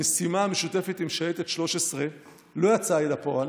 המשימה המשותפת עם שייטת 13 לא יצאה אל הפועל,